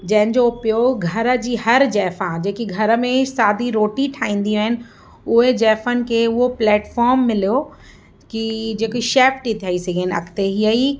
जंहिंजो उपयोग घर जी हर जाइफ़ा जेकी घर में सादी रोटी ठाहींदियूं आहिनि उहे जाइफ़नि खे उहो प्लैटफॉम मिलो कि जेकी शैफ थी थई सघनि अॻिते इअं ई